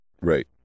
Right